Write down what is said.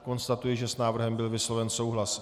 Konstatuji, že s návrhem byl vysloven souhlas.